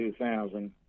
2000